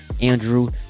andrew